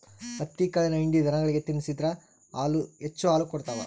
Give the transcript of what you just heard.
ಹತ್ತಿಕಾಳಿನ ಹಿಂಡಿ ದನಗಳಿಗೆ ತಿನ್ನಿಸಿದ್ರ ಹೆಚ್ಚು ಹಾಲು ಕೊಡ್ತಾವ